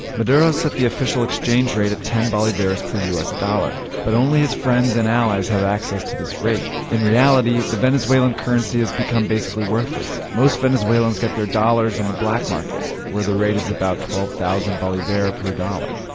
maduro's set the official exchange rate at ten bolivars per us dollar. but only his friends and allies have access to this rate. in reality, the venezuelan currency has become basically worthless. most venezuelans get their dollars on the black market, where the rate is about twelve thousand bolivar per dollar.